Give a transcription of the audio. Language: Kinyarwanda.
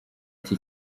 ati